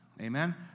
amen